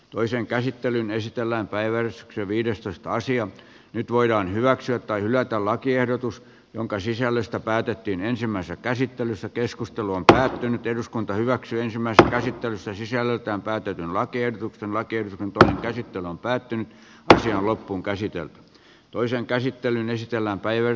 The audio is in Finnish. toisen käsittelyn esitellään päivän viidestoista sija nyt voidaan hyväksyä tai hylätä lakiehdotus jonka sisällöstä päätettiin ensimmäisessä käsittelyssä keskustelu on päättynyt eduskunta hyväksyy ensimmäistä käsittelyssä sisällöltään päätetyn lakiehdotuksen vaikkei tällä käsitteellä on päättynyt tosiaan loppuunkäsitelty toisen käsittelyn esitellään päivän